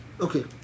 Okay